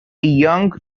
young